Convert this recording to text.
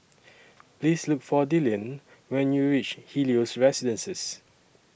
Please Look For Dillion when YOU REACH Helios Residences